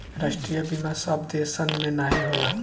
राष्ट्रीय बीमा सब देसन मे नाही होला